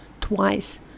twice